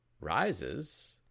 rises